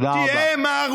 את גדולי התורה אתם תגלו